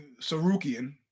Sarukian